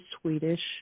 Swedish